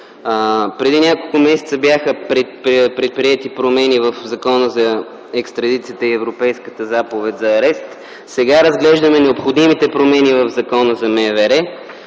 Преди няколко месеца бяха предприети промени в Закона за екстрадицията и Европейската заповед за арест. Сега разглеждаме необходимите промени в Закона за МВР.